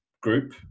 group